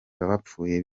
bapfuye